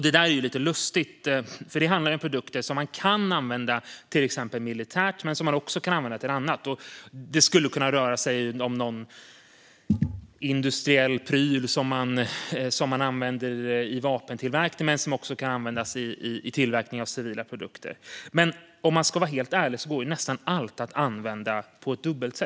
Det där är lite lustigt, för det handlar om produkter som man kan använda till exempel militärt men också till annat. Det skulle till exempel kunna röra sig om någon industriell pryl som man använder i vapentillverkning men som också kan användas i tillverkning av civila produkter. Ska man vara helt ärlig har dock nästan allt dubbla användningsområden.